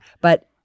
but-